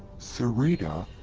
sarita!